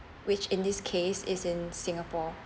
which in this case is in singapore